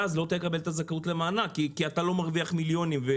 ואז לא תאבד את הזכאות למענק כי אתה לא מרוויח מיליונים.